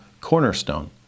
cornerstone